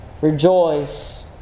Rejoice